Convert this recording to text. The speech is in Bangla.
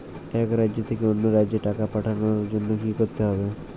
এক রাজ্য থেকে অন্য রাজ্যে টাকা পাঠানোর জন্য কী করতে হবে?